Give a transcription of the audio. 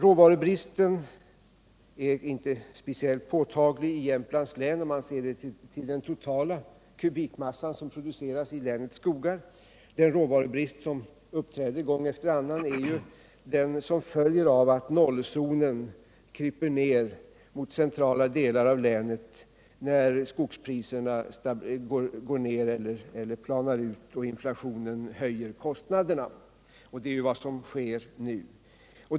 Råvarubristen är inte speciellt påtaglig i Jämtlands län, om man ser till den totala kubikmassa som produceras i länets skogar. Den råvarubrist som uppträder gång efter annan beror på att 0-zonen kryper ned till centala delar av länet, när skogspriserna går ned eller planar ut och inflationen höjer kostnaderna. Det är ju vad som sker nu.